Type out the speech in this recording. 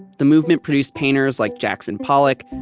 the movement produced painters like jackson pollock,